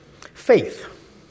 Faith